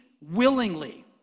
willingly